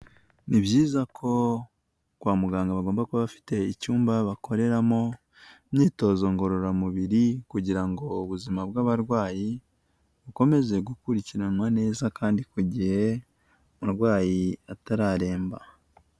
Ni byiza ko kwa muganga bagomba kuba bafite icyumba bakoreramo imyitozo ngororamubiri kugira ngo ubuzima bw'abarwayi bukomeze gukurikiranwa neza kandi ku gihe, umurwayi atararemba.